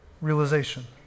realization